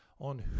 on